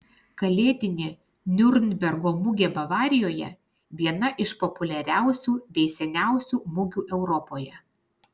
kalėdinė niurnbergo mugė bavarijoje viena iš populiariausių bei seniausių mugių europoje